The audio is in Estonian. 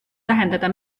tähendada